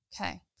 Okay